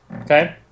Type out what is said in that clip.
Okay